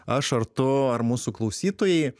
aš ar tu ar mūsų klausytojai